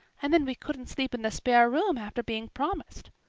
and then we couldn't sleep in the spare room after being promised.